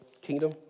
kingdom